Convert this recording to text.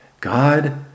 God